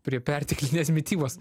prie perteklinės mitybos